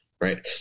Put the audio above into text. Right